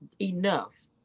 enough